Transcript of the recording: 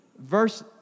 verse